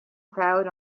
crowd